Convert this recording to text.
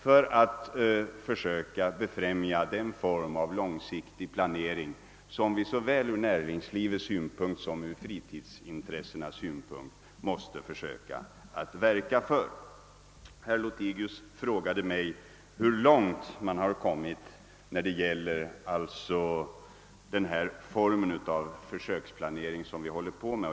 Det gäller att befrämja den form av långsiktig planering som vi måste söka åstadkomma både med tanke på näringslivet och med tanke på fritidsintressena. Herr Lothigius frågade mig hur långt man har kommit när det gäller den form av försöksplanering som vi nu håller på med.